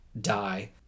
die